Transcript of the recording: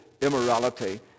immorality